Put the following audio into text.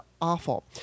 awful